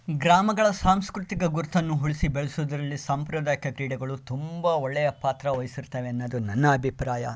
ಗ್ರಾಮಗಳ ಸಾಂಸ್ಕೃತಿಕ ಗುರುತನ್ನು ಉಳಿಸಿ ಬೆಳೆಸೋದರಲ್ಲಿ ಸಾಂಪ್ರದಾಯಿಕ ಕ್ರೀಡೆಗಳು ತುಂಬ ಒಳ್ಳೆಯ ಪಾತ್ರವಹಿಸಿರ್ತವೆ ಅನ್ನೋದು ನನ್ನ ಅಭಿಪ್ರಾಯ